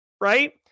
right